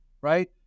right